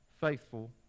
faithful